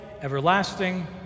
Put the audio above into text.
everlasting